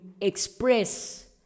express